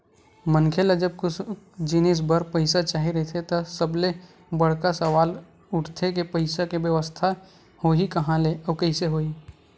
मनखे ल जब कुछु जिनिस बर पइसा चाही रहिथे त सबले बड़का सवाल उठथे के पइसा के बेवस्था होही काँहा ले अउ कइसे होही